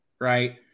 right